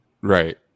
Right